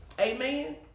Amen